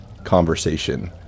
Conversation